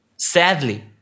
Sadly